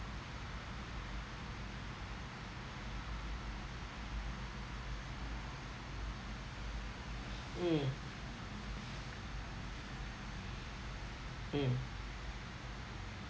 mm mm